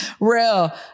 real